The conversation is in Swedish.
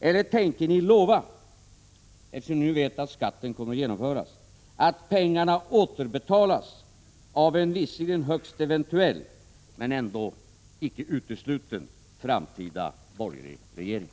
Eller tänker ni lova, eftersom ni nu vet att skatten kommer att genomföras, att pengarna återbetalas av en, visserligen högst eventuell men ändå icke utesluten, framtida borgerlig regering?